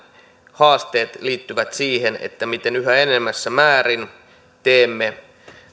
haasteet liittyvät siihen miten yhä enenevässä määrin teemme